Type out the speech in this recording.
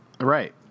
Right